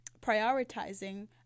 prioritizing